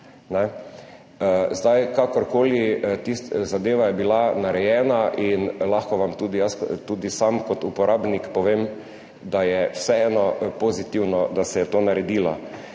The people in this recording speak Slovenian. Kakorkoli, zadeva je bila narejena in lahko vam tudi jaz sam kot uporabnik povem, da je vseeno pozitivno, da se je to naredilo.